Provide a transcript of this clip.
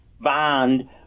bond